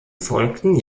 folgten